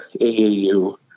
AAU